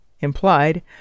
implied